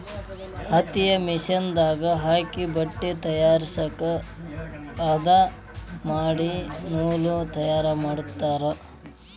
ಹತ್ತಿನ ಮಿಷನ್ ದಾಗ ಹಾಕಿ ಬಟ್ಟೆ ತಯಾರಸಾಕ ಹದಾ ಮಾಡಿ ನೂಲ ತಯಾರ ಮಾಡ್ತಾರ